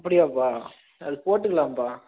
அப்படியாப்பா அது போட்டுக்கலாம்பா